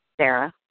Sarah